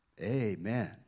Amen